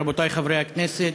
רבותי חברי הכנסת,